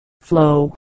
Flow